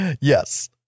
yes